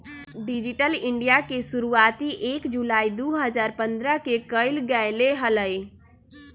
digital India के शुरुआती एक जुलाई दु हजार पन्द्रह के कइल गैले हलय